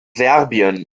serbien